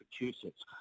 Massachusetts